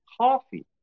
coffee